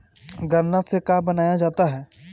गान्ना से का बनाया जाता है?